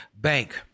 Bank